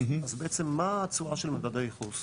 אז בעצם מה התשואה של מדד הייחוס?